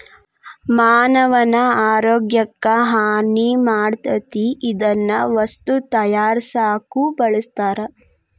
ಮಾನವನ ಆರೋಗ್ಯಕ್ಕ ಹಾನಿ ಮಾಡತತಿ ಇದನ್ನ ವಸ್ತು ತಯಾರಸಾಕು ಬಳಸ್ತಾರ